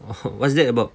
ppls what's that about